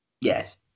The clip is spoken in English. Yes